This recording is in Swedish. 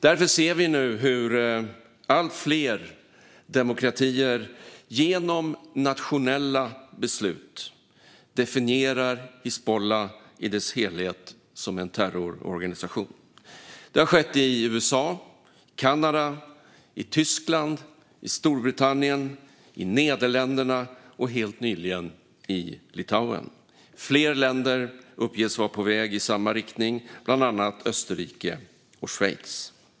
Därför ser vi nu hur allt fler demokratier genom nationella beslut definierar Hizbullah i dess helhet som en terrororganisation. Det har skett i USA, i Kanada, i Tyskland, i Storbritannien, i Nederländerna och helt nyligen i Litauen. Fler länder uppges vara på väg i samma riktning, bland annat Österrike och Schweiz.